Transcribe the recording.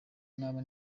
naba